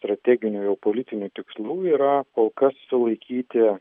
strateginių politinių tikslų yra kol kas sulaikyti